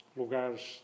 lugares